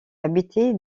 habité